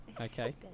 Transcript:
Okay